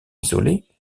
isolées